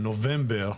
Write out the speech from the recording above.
בנובמבר